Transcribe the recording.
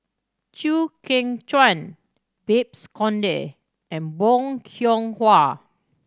Chew Kheng Chuan Babes Conde and Bong Hiong Hwa